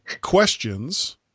questions